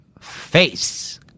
face